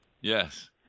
Yes